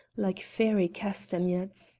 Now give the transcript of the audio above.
like fairy castanets